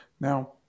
Now